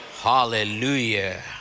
Hallelujah